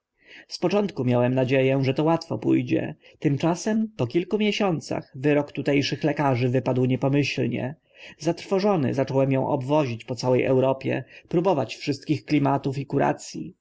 z początku miałem nadzie ę że to łatwo pó dzie tymczasem po kilku miesiącach wyrok tute szych lekarzy wypadł niepomyślnie zatrwożony zacząłem ą obwozić po całe europie próbować wszystkich klimatów i kurac